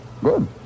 Good